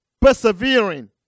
persevering